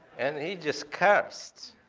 and he just cursed.